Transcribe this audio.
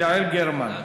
יעל גרמן,